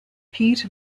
pete